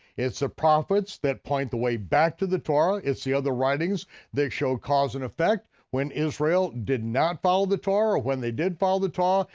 it's the prophets that point the way back to the torah, it's the other writings show cause and effect when israel did not follow the torah, when they did follow the torah,